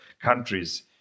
countries